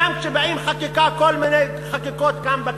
גם כאשר באות כל מיני חקיקות כאן בכנסת,